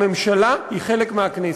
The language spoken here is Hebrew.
הממשלה היא חלק מהכנסת,